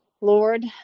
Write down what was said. Lord